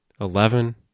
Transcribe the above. Eleven